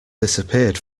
disappeared